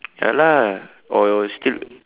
ya lah or still